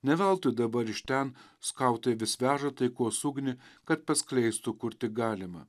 ne veltui dabar iš ten skautai vis veža taikos ugnį kad paskleistų kur tik galima